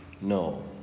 no